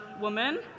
woman